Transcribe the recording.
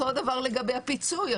אותו דבר בעניין הפיצוי.